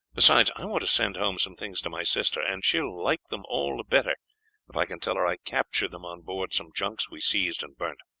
besides, i want to send home some things to my sister, and she will like them all the better if i can tell her i captured them on board some junks we seized and burnt.